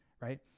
Right